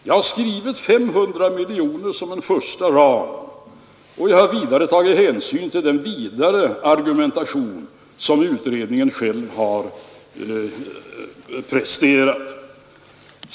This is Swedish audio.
Jag har skrivit 500 miljoner som en första ram, och jag har vidare tagit hänsyn till den argumentation som utredningen själv har presterat.